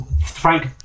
Frank